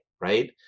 right